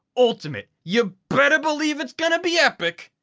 ultimate, you bettah believe it's gonna be epic,